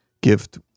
gift